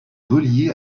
relié